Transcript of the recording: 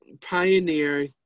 pioneer